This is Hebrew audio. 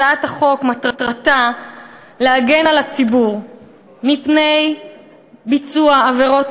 הצעת החוק מטרתה להגן על הציבור מפני ביצוע עבירות